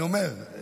אני אומר,